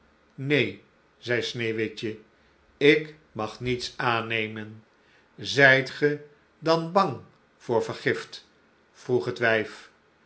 neen zei sneeuwwitje ik mag niets annnemen zijt ge dan bang voor vergift vroeg het wijf